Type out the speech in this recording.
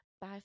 bye